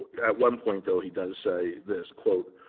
at one point though, he does say this, quote,